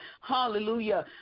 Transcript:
hallelujah